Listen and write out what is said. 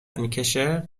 میکشه